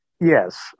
Yes